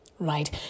Right